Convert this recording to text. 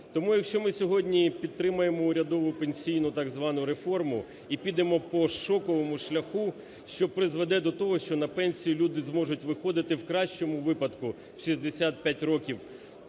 Тому, якщо ми сьогодні підтримаємо урядову пенсійну так звану реформу і підемо по шоковому шляху, що призведе до того, що на пенсію люди зможуть виходити в кращому випадку в 65 років;